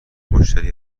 مشتری